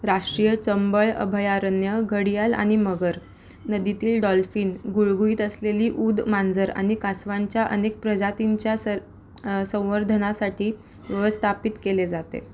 राष्ट्रीय चंबळ अभयारण्य घडियाल आणि मगर नदीतील डॉल्फिन गुळगुळीत असलेली ऊद मांजर आणि कासवांच्या अनेक प्रजातींच्या सर संवर्धनासाठी व्यवस्थापित केले जाते